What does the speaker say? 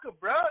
bro